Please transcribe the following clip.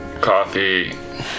Coffee